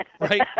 Right